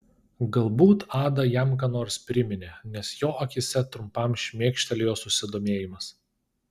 galbūt ada jam ką nors priminė nes jo akyse trumpam šmėkštelėjo susidomėjimas